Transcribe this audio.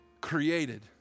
created